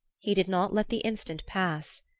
he did not let the instant pass.